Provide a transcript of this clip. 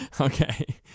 Okay